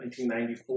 1994